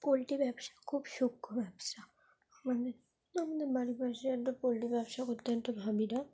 poultry ব্যবসা খুব সূক্ষ্ম ব্যবসা আমাদের আমাদের বাড়ির পাশে একটা পোলট্রি ব্যবসা করত একটা ভাবীরা